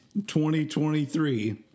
2023